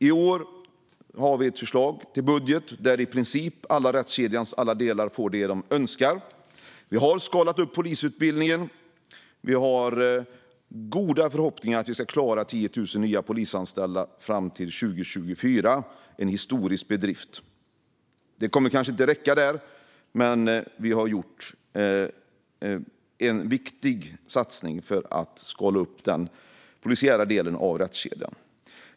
I år har vi ett förslag till budget där i princip alla rättskedjans delar får det de önskar. Vi har skalat upp polisutbildningen. Vi har goda förhoppningar om att klara 10 000 nya polisanställda till 2024, en historisk bedrift. Det kommer kanske inte att räcka, men vi har gjort en viktig satsning för att skala upp den polisiära delen av rättskedjan.